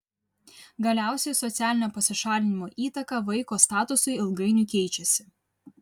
galiausiai socialinio pasišalinimo įtaka vaiko statusui ilgainiui keičiasi